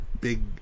big